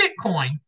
Bitcoin